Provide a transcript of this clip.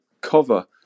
cover